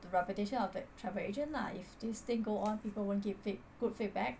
the reputation of the travel agent lah if this thing go on people won't give feed~ good feedback